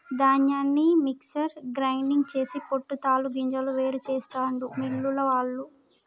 ధాన్యాన్ని mixer grinder చేసి పొట్టు తాలు గింజలు వేరు చెస్తాండు మిల్లులల్ల